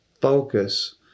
focus